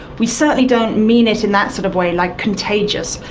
we certainly don't mean it in that sort of way, like contagious.